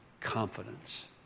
confidence